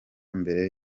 mbere